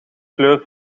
kleur